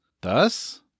Thus